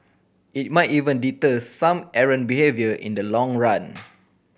it might even deter some errant behaviour in the long run